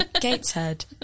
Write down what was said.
Gateshead